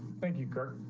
thank you. kirk.